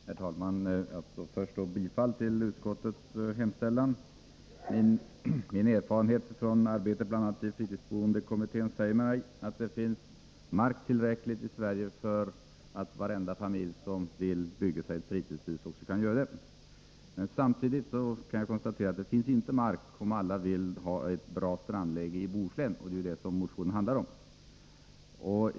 Herr talman! Jag vill börja med att yrka bifall till utskottets hemställan. Min erfarenhet bl.a. från arbetet i fritidsboendekommittén säger mig att det finns mark tillräckligt i Sverige för att varenda familj som vill bygga sig ett fritidshus också skall kunna göra det. Men samtidigt kan jag konstatera att det inte finns mark tillräckligt, om alla vill ha ett bra strandläge i Bohuslän, och det är ju det som motionen handlar om.